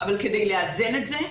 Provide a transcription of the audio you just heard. אבל כדי לאזן את זה,